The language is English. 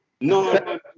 No